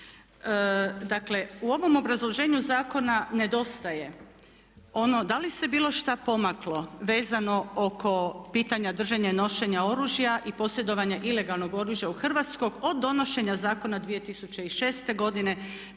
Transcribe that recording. Dakle, u ovom obrazloženju zakona nedostaje ono da li se bilo šta pomaklo vezano oko pitanja držanja i nošenja oružja i posjedovanja ilegalnog oružja u Hrvatskoj od donošenja zakona 2006.godine